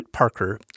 Parker